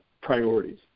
priorities